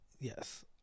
yes